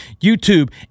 YouTube